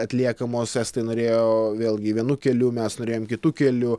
atliekamos estai norėjo vėlgi vienu keliu mes norėjom kitu keliu